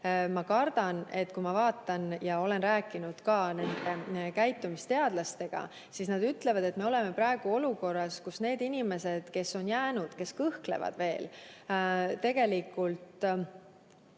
Ma kardan, et ... Ma olen rääkinud käitumisteadlastega ja nad ütlevad, et me oleme praegu olukorras, kus need inimesed, kes on jäänud, kes kõhklevad veel – tegelikult